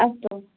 अस्तु